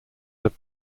have